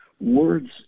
words